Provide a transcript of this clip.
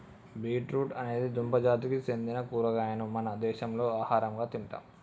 beet root అనేది దుంప జాతికి సెందిన కూరగాయను మన దేశంలో ఆహరంగా తింటాం